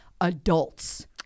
adults